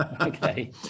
okay